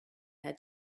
had